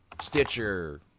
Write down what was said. Stitcher